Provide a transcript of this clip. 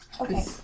Okay